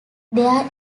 their